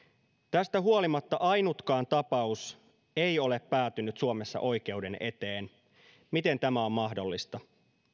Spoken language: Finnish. tästä huolimatta ainutkaan tapaus ei ole päätynyt suomessa oikeuden eteen miten tämä on mahdollista